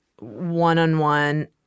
one-on-one